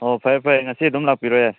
ꯑꯣ ꯐꯔꯦ ꯐꯔꯦ ꯉꯁꯤ ꯑꯗꯨꯝ ꯂꯥꯛꯄꯤꯔꯣ ꯌꯥꯔꯦ